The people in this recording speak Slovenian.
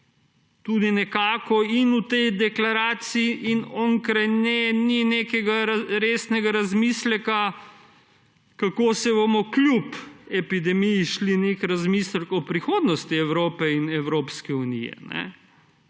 mandatov. V tej deklaraciji in onkraj nje tudi ni nekega resnega razmisleka, kako se bomo kljub epidemiji šli nek razmislek o prihodnosti Evrope in Evropske unije.